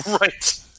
Right